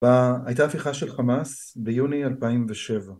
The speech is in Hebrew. ‫הייתה הפיכה של חמאס ביוני 2007.